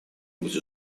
быть